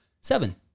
Seven